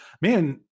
Man